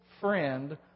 friend